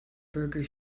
burger